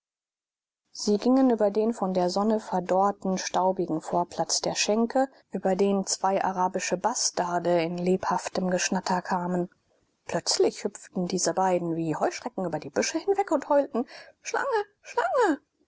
sie gingen über den von der sonne verdorrten staubigen vorplatz der schenke über den zwei arabische bastarde in lebhaftem geschnatter kamen plötzlich hüpften diese beiden wie die heuschrecken über die büsche hinweg und heulten schlange schlange